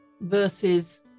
versus